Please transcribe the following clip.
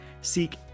seek